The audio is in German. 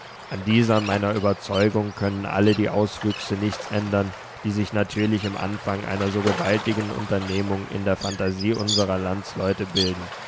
an dieser meiner überzeugung können alle die auswüchse nichts ändern die sich natürlich im anfang einer so gewaltigen unternehmung in der phantasie unserer landsleute bilden